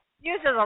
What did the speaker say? uses